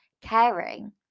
caring